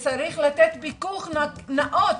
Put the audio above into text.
צריך לתת פיקוח נאות,